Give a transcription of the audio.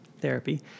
therapy